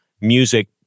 music